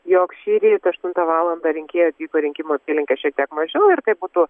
jog šįryt aštuntą valandą rinkėjai atvyko į rinkimų apylinkę šiek tiek mažiau ir tai būtų